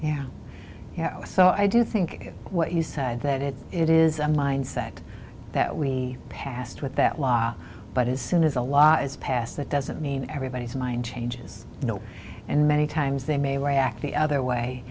know so i do think what you said that it it is a mindset that we passed with that law but as soon as a law is passed that doesn't mean everybody's mind changes you know and many times they may react the other way